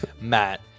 Matt